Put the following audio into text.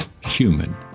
human